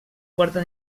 quarta